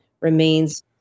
remains